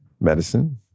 medicine